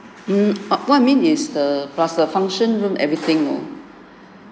mm what I mean is the plus the function room everything you know